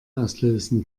auslösen